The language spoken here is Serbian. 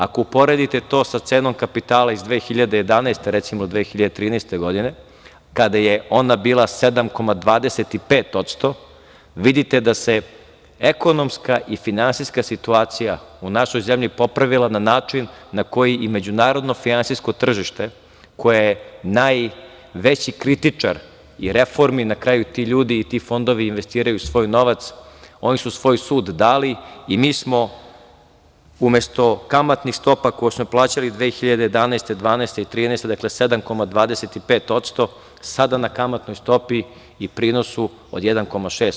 Ako uporedite to sa cenom kapitala iz 2011, 2013. godine, kada je ona bila 7,25%, vidite da se ekonomska i finansijska situacija u našoj zemlji popravila na način na koji je međunarodno finansijsko tržište, koje je najveći kritičar i reformi, ti ljudi i ti fondovi investiraju svoj novac, svoj sud dao i mi smo, umesto kamatnih stopa, koje smo plaćali 2011, 2012. i 2013. godine 7,25%, sada na kamatnoj stopi i prinosu od 1,6%